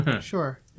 Sure